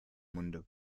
munde